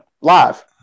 live